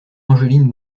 angeline